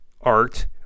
art